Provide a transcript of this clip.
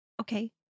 okay